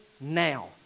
now